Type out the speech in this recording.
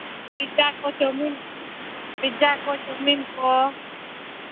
pizza ᱠᱚ chow mein pizza ᱠᱚ chow mein ᱠᱚ